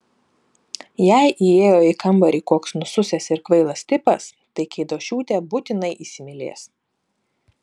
jei įėjo į kambarį koks nususęs ir kvailas tipas tai keidošiūtė būtinai įsimylės